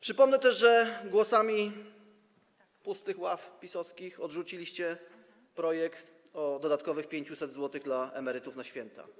Przypomnę też, że głosami pustych ław PiS-owskich odrzuciliście projekt o dodatkowych 500 zł dla emerytów na święta.